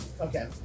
Okay